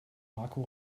marco